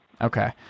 Okay